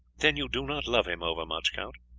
then you do not love him overmuch, count?